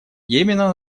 йемена